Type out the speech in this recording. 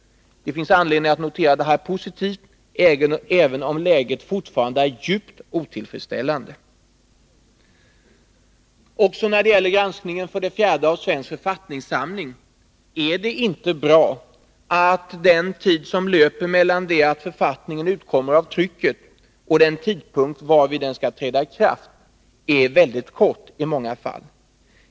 Det finns anledning att notera detta som positivt, även om läget fortfarande är djupt otillfredsställande. När det gäller granskningen av utgivandet av Svensk författningssamling måste man konstatera att det inte är bra att den tid som löper mellan det att författningen utkommer av trycket och den tidpunkt då den skall träda i kraft i många fall är mycket kort.